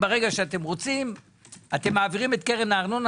רוצים אתם מעבירים את קרן הארנונה,